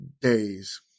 days